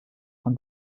von